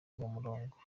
murongo